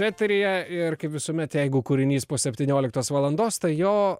eteryje ir kaip visuomet jeigu kūrinys po septynioliktos valandos tai jo